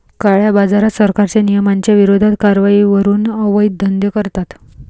काळ्याबाजारात, सरकारच्या नियमांच्या विरोधात कारवाई करून अवैध धंदे करतात